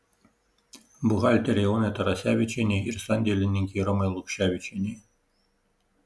buhalterei onai tarasevičienei ir sandėlininkei romai lukševičienei